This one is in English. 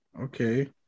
Okay